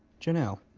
janelle.